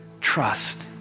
trust